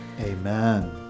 Amen